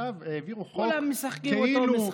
עכשיו העבירו חוק, כולם משחקים אותו משחק.